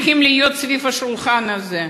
צריכים להיות סביב השולחן הזה.